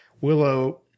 Willow